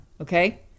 okay